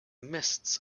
mists